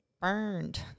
burned